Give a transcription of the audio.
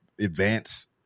advance